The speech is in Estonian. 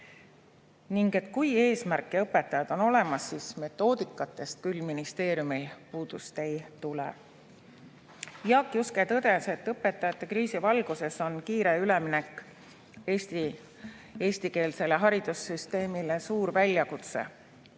Kui eesmärk ja õpetajad on olemas, siis metoodikatest küll ministeeriumil puudust ei tule. Jaak Juske tõdes, et õpetajate kriisi valguses on kiire üleminek eestikeelsele haridussüsteemile suur väljakutse.